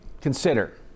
consider